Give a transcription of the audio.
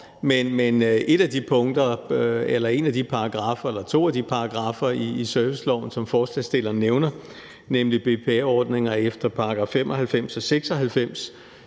eller to af de paragraffer i serviceloven, som forslagsstillerne nævner, nemlig BPA-ordninger efter §§ 95 og 96,